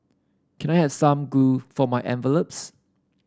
can I have some glue for my envelopes